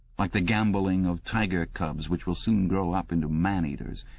like the gambolling of tiger cubs which will soon grow up into man-eaters.